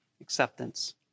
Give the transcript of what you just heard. Acceptance